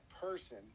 person